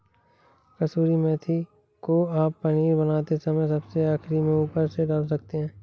कसूरी मेथी को आप पनीर बनाते समय सबसे आखिरी में ऊपर से डाल सकते हैं